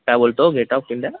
काय बोलतो gate of India